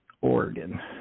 Oregon